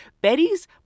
Betty's